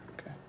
Okay